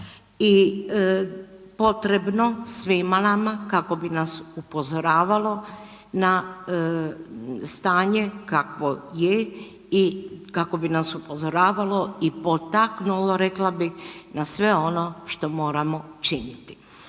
i potrebno svima nama kako bi nas upozoravalo na stanje kakvo je i kako bi nas upozoravalo i potaknulo, rekla bi, na sve ono što moramo činiti.